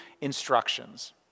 instructions